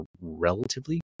relatively